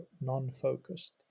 non-focused